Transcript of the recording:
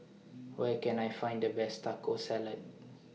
Where Can I Find The Best Taco Salad